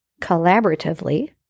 collaboratively